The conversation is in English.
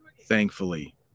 Thankfully